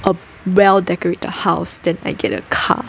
a well-decorated house then I get a car